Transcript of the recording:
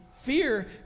Fear